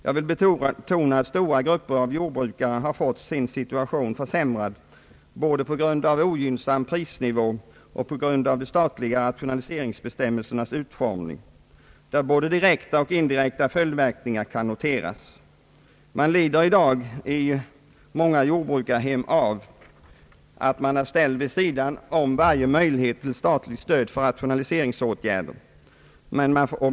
Jag vill betona att stora grupper av jordbrukarna har fått sin situation försämrad både på grund av ogynnsam prisnivå och på grund av de statliga rationaliseringsbestämmelsernas utformning, i vilket fall både direkta och indirekta följdverkningar kan noteras. Man lider i dag inom många jordbrukarhem av att man är ställd vid sidan om varje möjlighet till statligt stöd för rationaliseringsåtgärder.